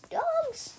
dogs